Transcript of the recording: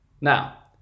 Now